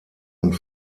und